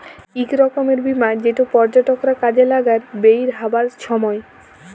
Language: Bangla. ইক রকমের বীমা যেট পর্যটকরা কাজে লাগায় বেইরহাবার ছময়